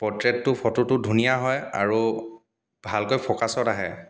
পৰ্ট্ৰেইটটো ফটোটো ধুনীয়া হয় আৰু ভালকৈ ফ'কাছত আহে